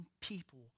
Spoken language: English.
people